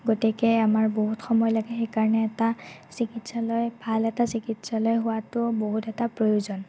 গতিকে আমাৰ বহুত সময় লাগে সেইকাৰণে এটা চিকিৎসালয় ভাল এটা চিকিৎসালয় হোৱাটো বহুত এটা প্ৰয়োজন